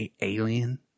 Alien